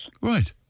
Right